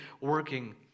working